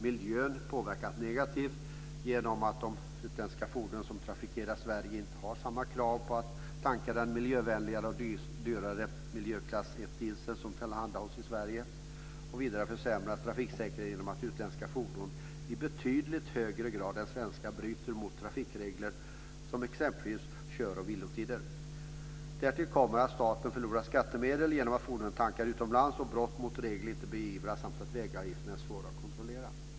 Miljön påverkas negativt genom att de utländska fordon som trafikerar Sverige inte har samma krav på sig att tanka den miljövänligare och dyrare miljöklass 1-diesel som tillhandahålls i Sverige. Vidare försämras trafiksäkerheten genom att utländska fordon i betydligt högre grad än svenska bryter mot trafikregler som exempelvis kör och vilotider. Därtill kommer att staten förlorar skattemedel genom att fordonen tankar utomlands, att brott mot regler inte beivras samt att vägavgifterna är svåra att kontrollera.